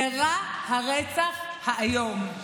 אירע הרצח האיום.